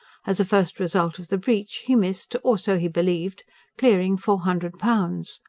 as a first result of the breach, he missed or so he believed clearing four hundred pounds.